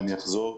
אני יודע, שמעתי.